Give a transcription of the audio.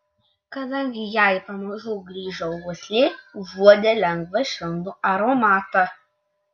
kadangi jai pamažu grįžo uoslė užuodė lengvą švelnų aromatą